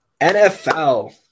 NFL